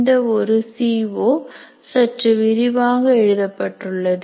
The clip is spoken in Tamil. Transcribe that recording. இந்த ஒரு சிஓ சற்று விரிவாக எழுதப்பட்டுள்ளது